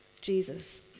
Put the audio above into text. Jesus